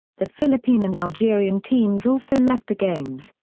the philippine and algerian teams also left the games,